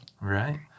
Right